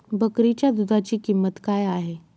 बकरीच्या दूधाची किंमत काय आहे?